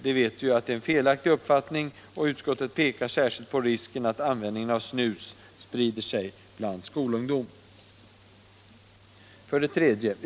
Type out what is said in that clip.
Vi vet att det är en felaktig uppfattning, och utskottet pekar särskilt på risken att användningen av snus sprider sig bland skolungdom. 3.